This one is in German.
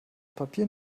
papier